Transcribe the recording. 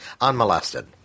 unmolested